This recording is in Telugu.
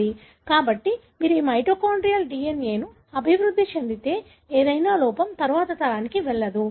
కాబట్టి మీరు మీ మైటోకాన్డ్రియల్ DNA లో అభివృద్ధి చెందితే ఏదైనా లోపం తదుపరి తరానికి వెళ్ళదు